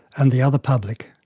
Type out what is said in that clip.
and the other public.